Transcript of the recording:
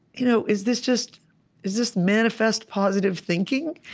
you know is this just is this manifest positive thinking?